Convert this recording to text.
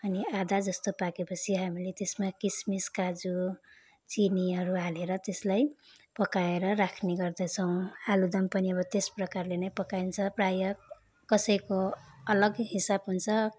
अनि आधा जस्तो पाकेपछि हामीले त्यसमा किसमिस काजु चिनीहरू हालेर त्यसलाई पकाएर राख्ने गर्दछौँ आलुदम पनि अब त्यस प्रकारले नै पकाइन्छ प्रायः कसैको अलग हिसाब हुन्छ